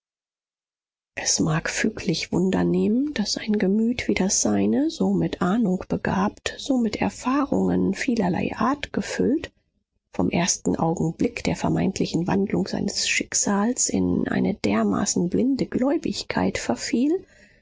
es mag füglich wundernehmen daß ein gemüt wie das seine so mit ahnung begabt so mit erfahrungen vielerlei art gefüllt vom ersten augenblick der vermeintlichen wandlung seines schicksals in eine dermaßen blinde gläubigkeit verfiel